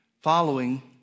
following